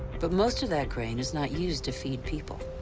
but most of that grain is not used to feed people.